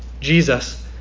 Jesus